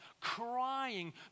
crying